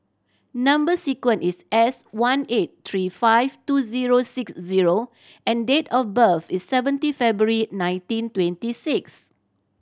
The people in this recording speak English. number sequence is S one eight three five two zero six zero and date of birth is seventeen February nineteen twenty six